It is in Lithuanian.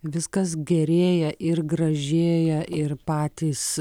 viskas gerėja ir gražėja ir patys